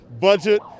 budget